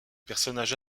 personnage